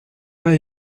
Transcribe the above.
pas